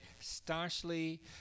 staunchly